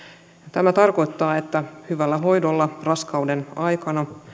tämä tarkoittaa että hyvällä hoidolla raskauden aikana